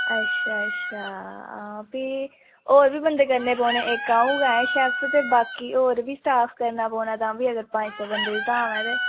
अच्छा अच्छा हां भी होर बी बंदे करने पौने इक अं'ऊ गै शेफ ते बाकी होर बी स्टॉफ करना पौना तां बी अगर पंज सौ बंदे दी धाम ऐ ते